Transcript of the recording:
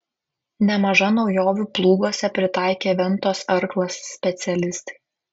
nemaža naujovių plūguose pritaikė ventos arklas specialistai